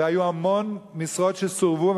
והיו המון משרות שסורבו,